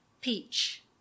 Peach